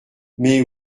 mais